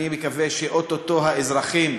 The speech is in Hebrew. אני מקווה שאו-טו-טו האזרחים,